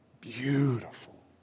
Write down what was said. Beautiful